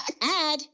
Add